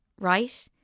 right